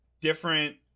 different